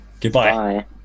Goodbye